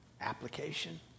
application